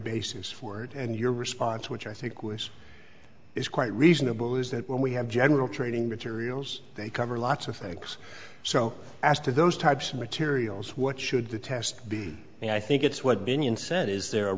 basis for it and your response which i think was is quite reasonable is that when we have general training materials they cover lots of things so as to those types of materials what should the test be and i think it's what binion said is there a